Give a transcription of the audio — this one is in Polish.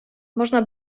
można